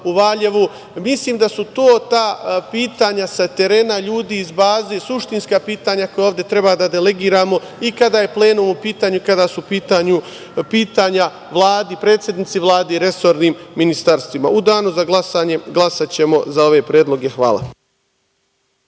u Valjevu, mislim da su to ta pitanja sa terena ljudi iz baze suštinska pitanja koja ovde treba da delegiramo i kada je plenum u pitanju i kada su u pitanju pitanja Vladi, predsednici Vlade i resornim ministarstvima.U danu za glasanje glasaćemo za ove predloge. Hvala.